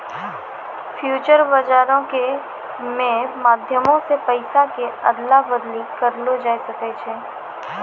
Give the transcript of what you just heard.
future बजारो के मे माध्यमो से पैसा के अदला बदली करलो जाय सकै छै